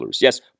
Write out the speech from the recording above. Yes